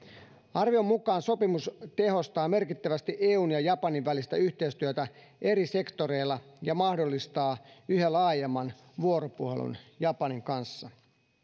arvion mukaan sopimus tehostaa merkittävästi eun ja japanin välistä yhteistyötä eri sektoreilla ja mahdollistaa yhä laajemman vuoropuhelun japanin kanssa